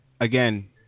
Again